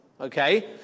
Okay